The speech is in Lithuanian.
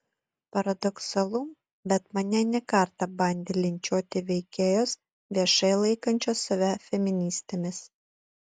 paradoksalu bet mane ne kartą bandė linčiuoti veikėjos viešai laikančios save feministėmis